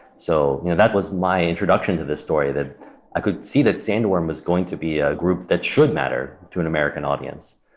so you know that was my introduction to this story, that i could see that sandworm was going to be a group that should matter to an american audience.